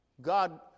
God